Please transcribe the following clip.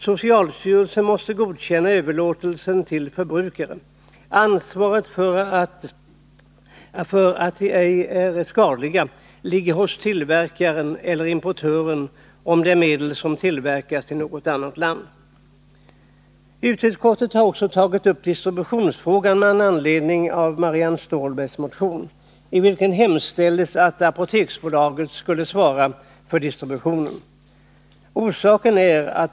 Socialstyrelsen måste godkänna överlåtelsen till förbrukare. Ansvaret för att de ej är skadliga ligger hos tillverkaren eller, om det är medel som tillverkas i något annat land, hos importören. Utskottet har också tagit upp distributionsfrågan med anledning av Marianne Stålbergs motion, i vilken hemställs att Apoteksbolaget skall svara för distributionen.